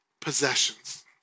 possessions